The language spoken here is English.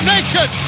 Nation